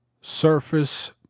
Surface